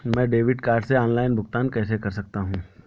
मैं debit card से online भुगतान कैसे कर सकता हूँ?